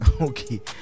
okay